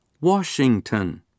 Washington